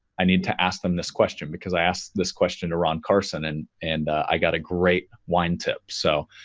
i need to ask them this question because i asked this question to ron carson and and i got a great wine tip. so,